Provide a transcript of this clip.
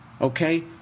okay